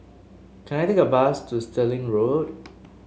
can I take a bus to Stirling Road